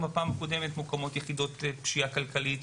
מוקמות יחידות של פשיעה כלכלית,